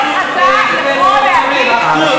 איך אתה יכול להגיד ככה?